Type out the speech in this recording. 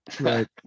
Right